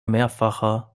mehrfacher